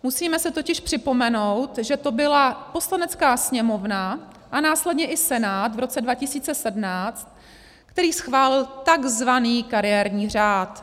Musíme si totiž připomenout, že to byla Poslanecká sněmovna a následně i Senát v roce 2017, který schválil tzv. kariérní řád.